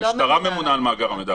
המשטרה ממונה על מאגר המידע הפלילי.